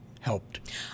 helped